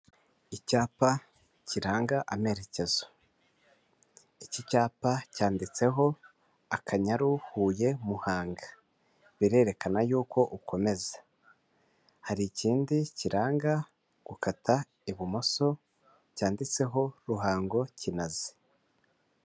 Icyapa kiranga amerekezo, iki cyapa cyanditseho akanyaru huye muhanga birerekana yuko ukomeza hari ikindi kiranga gukata ibumoso cyanditseho ruhango kinazi.